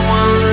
one